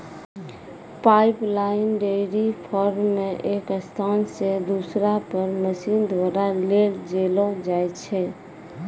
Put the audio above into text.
pipeline dairy farm मे एक स्थान से दुसरा पर मशीन द्वारा ले जैलो जाय छै